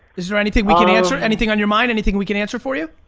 is there anything we can answer, anything on your mind, anything we can answer for you?